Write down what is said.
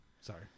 Sorry